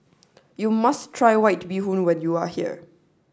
you must try White Bee Hoon when you are here